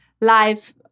life